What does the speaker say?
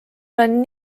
olen